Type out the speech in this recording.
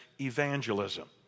evangelism